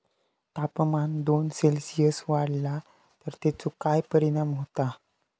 तापमान दोन सेल्सिअस वाढला तर तेचो काय परिणाम होता?